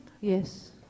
yes